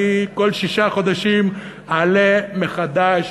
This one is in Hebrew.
אני כל שישה חודשים אעלה מחדש